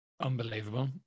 Unbelievable